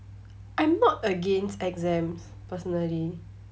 I'm not against exams personally